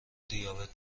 دیابت